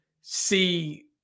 see